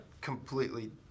completely